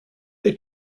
they